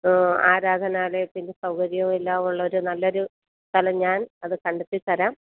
ആരാധനാലയത്തിന്റെ സൗകര്യവും എല്ലാമുള്ളൊരു നല്ലൊരു സ്ഥലം ഞാൻ അത് കണ്ടെത്തിത്തരാം